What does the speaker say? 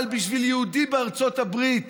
אבל בשביל יהודי בארצות הברית